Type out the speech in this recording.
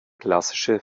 klassische